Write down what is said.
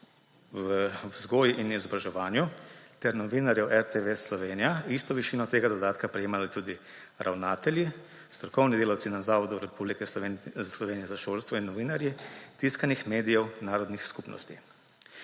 v vzgoji in izobraževanju ter novinarjev RTV Slovenija isto višino tega dodatka prejemali tudi ravnatelji, strokovni delavci na Zavodu Republike Slovenije za šolstvo in novinarji tiskanih medijev narodnih skupnosti.